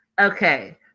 Okay